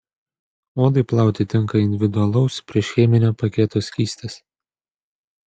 odai plauti tinka individualaus priešcheminio paketo skystis